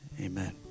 Amen